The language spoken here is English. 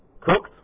cooked